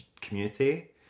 community